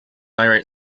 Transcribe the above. irate